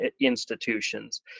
institutions